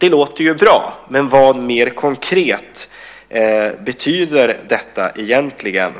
Det låter ju bra. Men vad, mer konkret, betyder detta egentligen?